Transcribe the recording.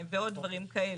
ועוד דברים כאלה.